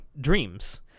dreams